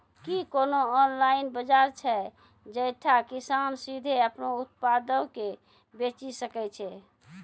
कि कोनो ऑनलाइन बजार छै जैठां किसान सीधे अपनो उत्पादो के बेची सकै छै?